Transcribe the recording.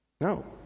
No